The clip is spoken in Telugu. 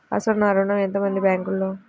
అసలు నా ఋణం ఎంతవుంది బ్యాంక్లో?